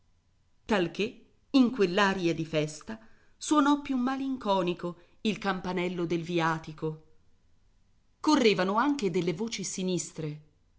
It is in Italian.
talché in quell'aria di festa suonò più malinconico il campanello del viatico correvano anche delle voci sinistre